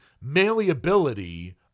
malleability